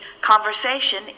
conversation